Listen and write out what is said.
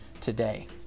today